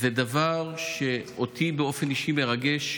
זה דבר שאותי באופן אישי מרגש,